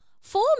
four